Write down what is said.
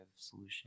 solution